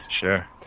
Sure